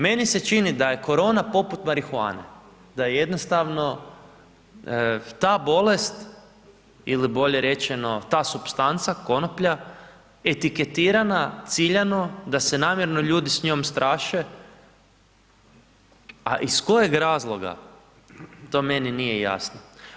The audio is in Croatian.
Meni se čini da je korona poput marihuane, da je jednostavno ta bolest ili bolje rečeno ta supstanca, konoplja, etiketirana ciljano da se namjerno ljudi s njom straše, a iz kojeg razloga to meni nije jasno.